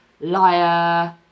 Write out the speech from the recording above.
liar